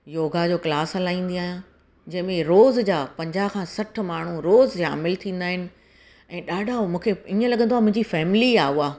योॻा जो क्लास हलाईंदी आहियां जंहिं में रोज़ जा पंजाह खां सठि माण्हू रोज़ जा शामिलु थींदा आहिनि ऐं ॾाढा मूंखे ईअं लॻंदो आहे मुंहिंजी फैमिली आहे उहा